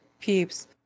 peeps